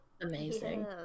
Amazing